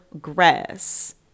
grass